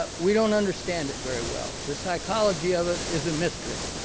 but we don't understand it very well. the psychology of it is a mystery.